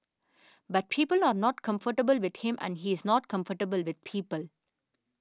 but people are not comfortable with him and he's not comfortable with people